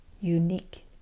Unique